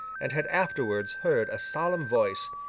and had afterwards heard a solemn voice,